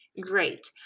Great